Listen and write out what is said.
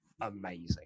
amazing